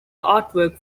artwork